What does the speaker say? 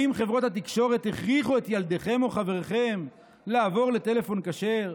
האם חברות התקשורת הכריחו את ילדיכם או את חבריכם לעבור לטלפון כשר?